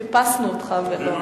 חיפשנו אותך.